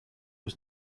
was